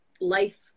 life